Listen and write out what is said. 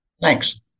Thanks